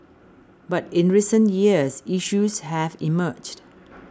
but in recent years issues have emerged